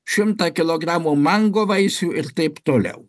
šimtą kilogramų mango vaisių ir taip toliau